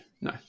no